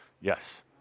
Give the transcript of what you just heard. yes